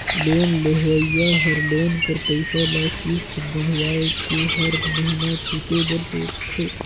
loan लेहोइया हर loan कर पइसा ल किस्त बंधवाए के हर महिना छुटे बर सोंचथे